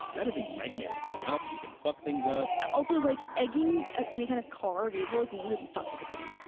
that is a nightmare to clean up and you can fuck things up. also like egging any kind of car or vehicle like really fucks with the paint,